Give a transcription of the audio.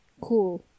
Cool